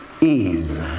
ease